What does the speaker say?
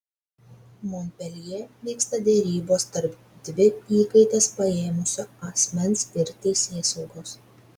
monpeljė vyksta derybos tarp dvi įkaites paėmusio asmens ir teisėsaugos